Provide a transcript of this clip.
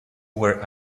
were